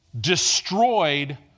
destroyed